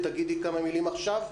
ככה לסירוגין.